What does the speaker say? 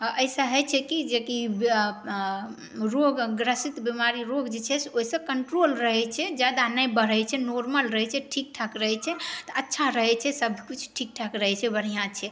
एहि से होइ छै की जे कि रोग ग्रसित बिमारी रोग जे छै से ओहि सऽ कन्ट्रोल रहै छै जादा नहि बढ़ै छै नॉर्मल रहै छै ठीक ठाक रहै छै तऽ तऽ अच्छा रहै छै सबकुछ ठीक ठाक रहै छै बढ़ियाँ छै